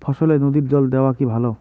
ফসলে নদীর জল দেওয়া কি ভাল?